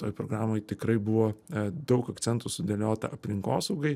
toj programoj tikrai buvo daug akcentų sudėliota aplinkosaugai